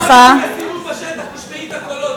בואי אתי לסיבוב בשטח ותשמעי את הקולות,